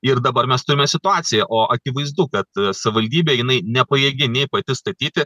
ir dabar mes turime situaciją o akivaizdu kad savivaldybė jinai nepajėgi nei pati statyti